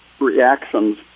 reactions